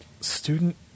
Student